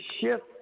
shift